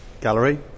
gallery